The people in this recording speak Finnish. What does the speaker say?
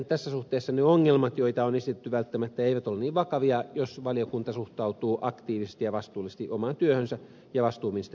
tässä suhteessa ne ongelmat joita on esitetty eivät välttämättä ole niin vakavia jos valiokunta suhtautuu aktiivisesti ja vastuullisesti omaan työhönsä ja vastuuministeriönsä seurantaan